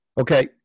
Okay